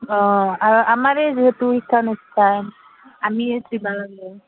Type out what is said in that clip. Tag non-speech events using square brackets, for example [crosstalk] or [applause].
অঁ আৰু আমাৰ এই [unintelligible]